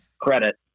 credit